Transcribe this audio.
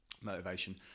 motivation